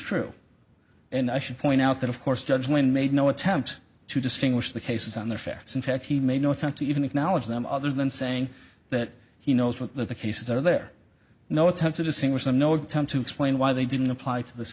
true and i should point out that of course judge lane made no attempt to distinguish the cases on the facts in fact he made no attempt to even acknowledge them other than saying that he knows what the cases are there no attempt to distinguish them no attempt to explain why they didn't apply to this